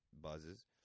buzzes